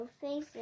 faces